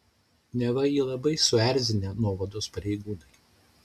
neva jį labai suerzinę nuovados pareigūnai